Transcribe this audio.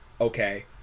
Okay